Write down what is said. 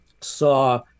saw